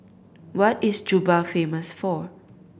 what is Juba famous for